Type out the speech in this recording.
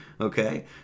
Okay